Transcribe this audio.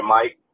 Mike